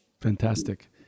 Fantastic